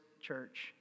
church